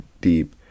deep